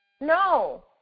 no